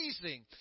amazing